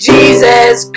Jesus